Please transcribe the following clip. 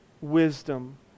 wisdom